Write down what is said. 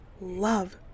love